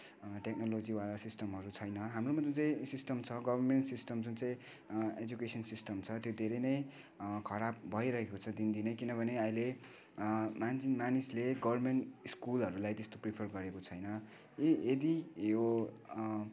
technology वा सिस्टमहरू छैन हाम्रोमा जुन चाहिँ सिस्टम छ गभर्मेन्ट सिस्टम जुन चाहिँ एजुकेसन सिस्टम छ त्यो धेरै नै खराब भइरहेको छ दिनदिनै किनभने अहिले मान्छे मानिसले गभर्मेन्ट स्कुलहरूलाई त्यस्तो प्रिफर गरेको छैन यदि यो